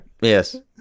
Yes